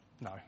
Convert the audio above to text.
No